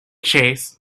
chase